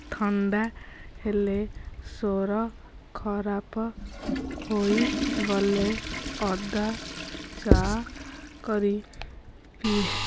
ଥଣ୍ଡା ହେଲେ ସ୍ୱର ଖରାପ ହୋଇଗଲେ ଅଦା ଚା' କରି ପିଏ